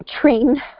train